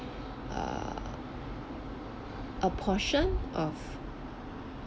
err a portion of